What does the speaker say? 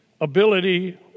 ability